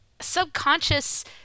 subconscious